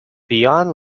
beyond